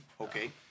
okay